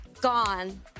gone